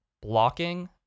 blocking